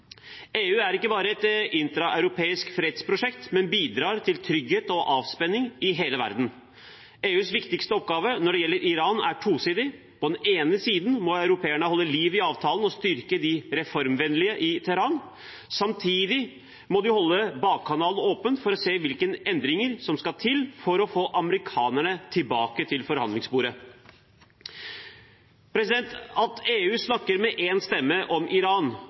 EU er ikke bare et intraeuropeisk fredsprosjekt, men bidrar til trygghet og avspenning i hele verden. EUs viktigste oppgave når det gjelder Iran, er tosidig; på den ene siden må europeerne holde liv i avtalen og styrke de reformvennlige i Teheran, samtidig må de holde bakkanalen åpen for å se hvilke endringer som skal til for å få amerikanerne tilbake til forhandlingsbordet. At EU snakker med én stemme om Iran,